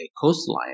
coastline